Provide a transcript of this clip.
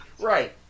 Right